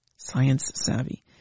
Science-savvy